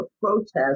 protest